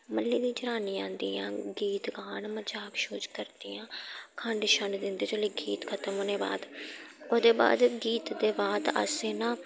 म्ह्ल्ले दी जनानियां औंदियां गीत गान मजाक शजूक करदियां खंड शंड दिंदे जेल्लै गीत खत्म होने बाद ओह्दे बाद गीत दे बाद असें ना